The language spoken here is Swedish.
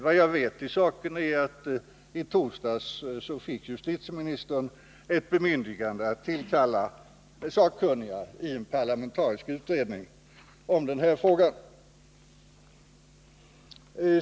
Vad jag vet i saken är att i torsdags fick justitieministern bemyndigande att tillkalla sakkunniga i en parlamentarisk utredning om frågan.